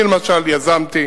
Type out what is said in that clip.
אני למשל יזמתי